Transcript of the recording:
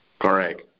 Correct